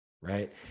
right